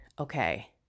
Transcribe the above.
okay